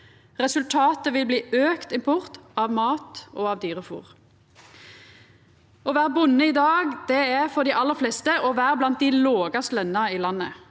Resultatet vil bli auka import av mat og av dyrefôr. Å vera bonde i dag er for dei aller fleste å vera blant dei lågast lønte i landet.